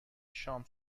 شام